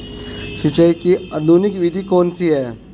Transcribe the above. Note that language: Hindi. सिंचाई की आधुनिक विधि कौन सी है?